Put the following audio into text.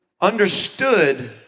understood